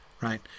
right